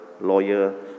lawyer